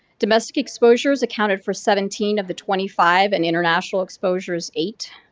domestic exposures accounted for seventeen of the twenty five and international exposures, eight.